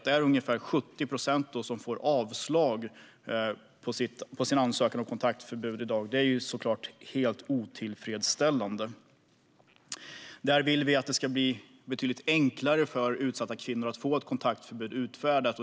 Det är ungefär 70 procent som får avslag på sin ansökan om kontaktförbud. Det är såklart helt otillfredsställande. Vi vill att det ska bli betydligt enklare för utsatta kvinnor att få ett kontaktförbud utfärdat.